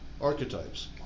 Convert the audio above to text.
Archetypes